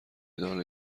دانه